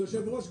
כבוד היושב ראש,